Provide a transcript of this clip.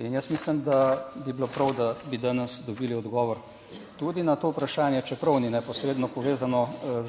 in jaz mislim, da bi bilo prav, da bi danes dobili odgovor tudi na to vprašanje, čeprav ni neposredno povezano